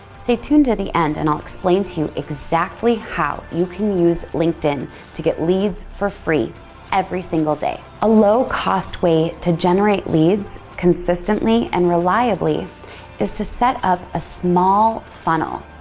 stay tuned to the end, and i'll explain to you exactly how you can use linkedin to get leads for free every single day. a low-cost way to generate leads consistently and reliably is to set up a small funnel.